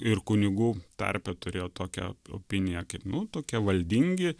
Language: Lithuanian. ir kunigų tarpe turėjo tokią opiniją kaip nu tokie valdingi